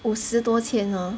五十多千 lor